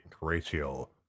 ratio